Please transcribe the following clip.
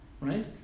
right